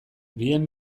bien